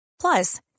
Plus